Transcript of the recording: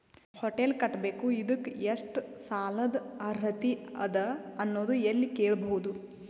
Hotel ಕಟ್ಟಬೇಕು ಇದಕ್ಕ ಎಷ್ಟ ಸಾಲಾದ ಅರ್ಹತಿ ಅದ ಅನ್ನೋದು ಎಲ್ಲಿ ಕೇಳಬಹುದು?